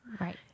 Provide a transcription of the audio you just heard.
right